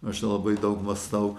aš nelabai daug mąstau